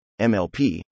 MLP